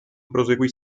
proseguì